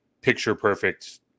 picture-perfect